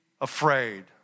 afraid